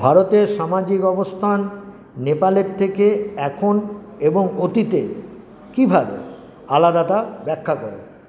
ভারতের সামাজিক অবস্থান নেপালের থেকে এখন এবং অতীতে কীভাবে আলাদা তা ব্যাখ্যা করো